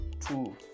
two